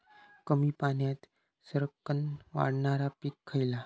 कमी पाण्यात सरक्कन वाढणारा पीक खयला?